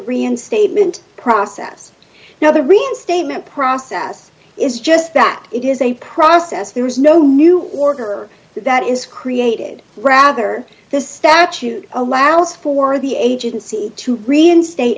reinstatement process now the reinstatement process is just that it is a process there is no new order that is created rather this statute allows for the agency to reinstate